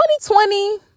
2020